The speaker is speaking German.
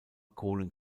kohlen